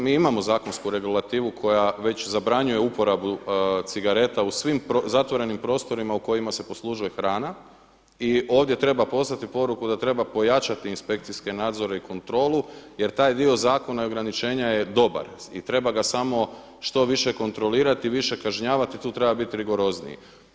Mi imamo zakonsku regulativu koja već zabranjuje uporabu cigareta u svim zatvorenim prostorima u kojima se poslužuje hrana i ovdje treba poslati poruku da treba pojačati inspekcijske nadzore i kontrolu, jer taj dio zakona i ograničenja je dobar i treba ga samo što više kontrolirati i više kažnjavati, tu treba bit rigorozniji.